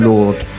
Lord